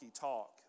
talk